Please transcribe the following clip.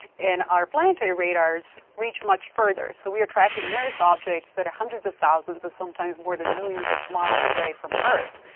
and our planetary radars reach much further. so we are tracking near earth objects that are hundreds of thousands, sometimes more than millions of miles away from earth.